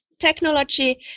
technology